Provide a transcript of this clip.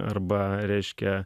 arba reiškia